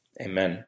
Amen